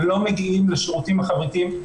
לא מגיעים לשירותים החברתיים,